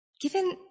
Given